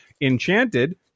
Enchanted